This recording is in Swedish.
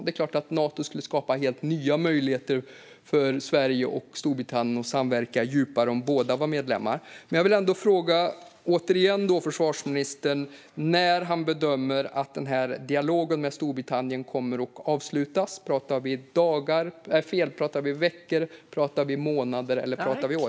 Det är klart att Nato skulle skapa helt nya möjligheter för Sverige och Storbritannien att samverka djupare om båda var medlemmar. Men jag vill återigen fråga försvarsministern när han bedömer att denna dialog med Storbritannien kommer att avslutas. Pratar vi om veckor, månader eller år?